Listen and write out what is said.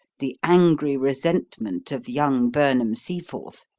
the angry resentment of young burnham-seaforth.